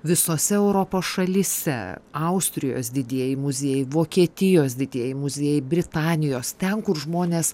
visose europos šalyse austrijos didieji muziejai vokietijos didieji muziejai britanijos ten kur žmonės